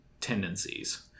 tendencies